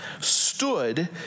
stood